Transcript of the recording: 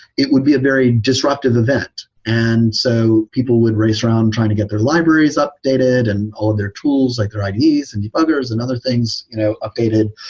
it would be a very disruptive event. and so people would race around trying to get their libraries updated and all of their tools, like their ides and others and other things you know updated.